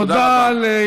תודה רבה.